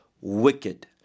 wicked